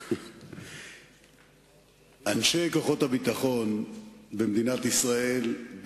אנשי כוחות הביטחון במדינת ישראל,